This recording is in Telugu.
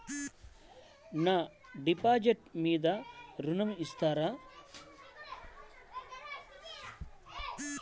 నా డిపాజిట్ మీద ఋణం ఇస్తారా?